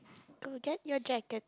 to get your jacket